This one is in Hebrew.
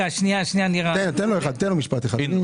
אנחנו צריכים לקבל דוח איזה שירותים הדואר ייתן בעתיד.